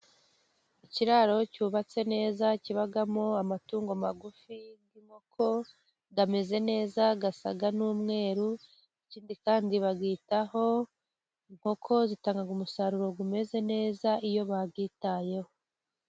Ikiraro cyubatse neza kibamo amatungo magufi y'inkoko ameze neza asa n'umweru, ikindi kandi bayitaho inkoko zitanga umusaruro umeze neza iyo bazitayeho.